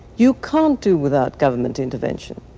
you can't do without government intervention.